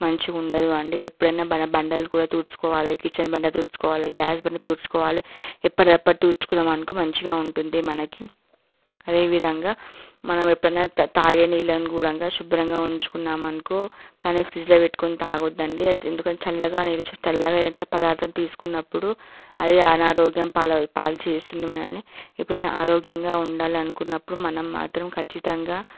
మంచిగుండదు అండి ఎప్పుడైనా మన బండలు కూడా తుడుచుకోవాలి కిచెన్ బండ తుడుచుకోవాలి గ్యాస్ బండ తుడుచుకోవాలి ఎప్పటిది అప్పుడు తుడుచుకున్నామనుకో మంచిగా ఉంటుంది మనకి అదే విధంగా మనం ఎప్పుడన్నా తా తాగే నీళ్ళని గుడంగా శుభ్రంగా ఉంచుకున్నామనుకో కానీ ఫ్రిడ్జ్లో పెట్టుకుని తాగొద్దండి ఎందుకంటే చల్లగా చల్లగా అయ్యేంత పదార్థం తీసుకున్నప్పుడు అది అనారోగ్యం పాలు పాలు చేస్తుంది మనల్ని ఎప్పుడన్నా ఆరోగ్యంగా ఉండాలనుకున్నప్పుడు మనం మాత్రం ఖచ్చితంగా